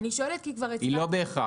היא לא בהכרח.